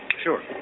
Sure